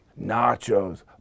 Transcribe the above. nachos